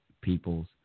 people's